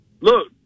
Look